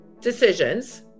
decisions